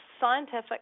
scientific